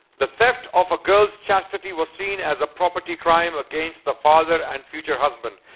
the theft of a girl's chastity was seen as a property crime against the father and future husband.